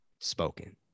spoken